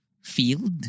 field